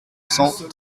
cent